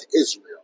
Israel